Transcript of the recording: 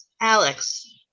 alex